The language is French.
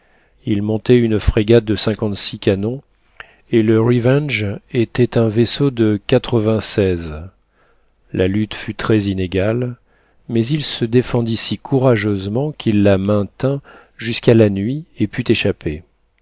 il montait une frégate de cinquante-six canons et le revenge était un vaisseau de quatre-vingt-seize la lutte fut très inégale mais il se défendit si courageusement qu'il la maintint jusqu'à la nuit et put échapper